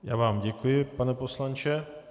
Já vám děkuji, pane poslanče.